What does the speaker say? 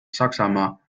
saksamaa